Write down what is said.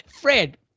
Fred